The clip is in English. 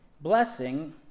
Blessing